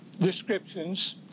descriptions